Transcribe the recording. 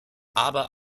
aber